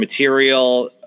material